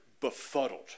befuddled